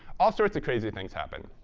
all sorts of crazy things happen.